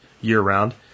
year-round